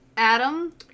Adam